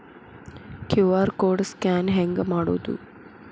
QR code scan ಹೆಂಗ್ ಮಾಡೋದು?